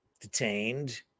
detained